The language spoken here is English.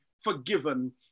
forgiven